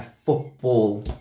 football